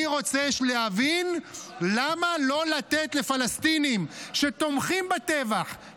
אני רוצה להבין למה לא לתת לפלסטינים שתומכים בטבח,